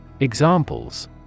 Examples